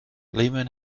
lehman